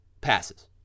passes